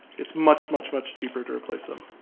it's much much much cheaper to replace them.